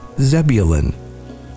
Zebulun